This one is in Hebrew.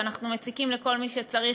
ואנחנו מציקים לכל מי שצריך,